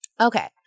Okay